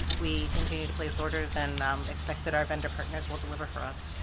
we continue to place orders and expect that our vendor partners will deliver for us?